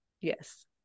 yes